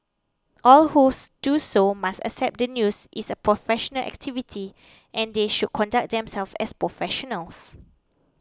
all who do so must accept that news is a professional activity and they should conduct themselves as professionals